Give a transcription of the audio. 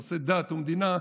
בנושא דת ומדינה,